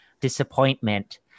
Disappointment